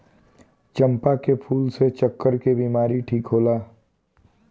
चंपा के फूल से चरक के बिमारी ठीक होला